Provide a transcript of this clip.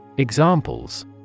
Examples